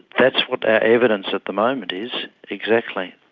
that's what our evidence at the moment is, exactly.